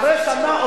אחרי שנה,